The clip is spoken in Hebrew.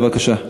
בבקשה.